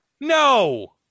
No